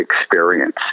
experience